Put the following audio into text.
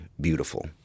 beautiful